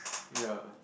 ya